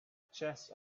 chest